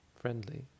friendly